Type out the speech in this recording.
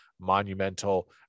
monumental